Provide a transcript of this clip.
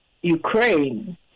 Ukraine